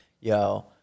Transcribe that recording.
yo